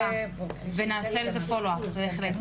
נעשה לזה follow-up, בהחלט.